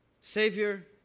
Savior